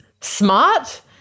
smart